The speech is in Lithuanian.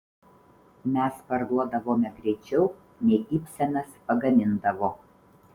mes parduodavome greičiau nei ibsenas pagamindavo